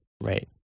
Right